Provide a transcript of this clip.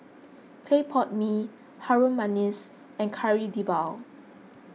Clay Pot Mee Harum Manis and Kari Debal